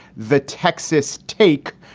the texas take,